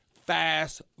fast